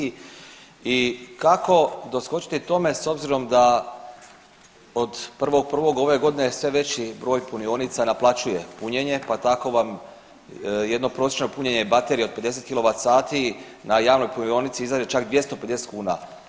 I kako doskočiti tome s obzirom da od 1.1. ove godine sve veći broj punionica naplaćuje punjenje, pa tako vam jedno prosječno punjene baterije od 50 kWh na javnoj punionici iznosi čak 250 kuna?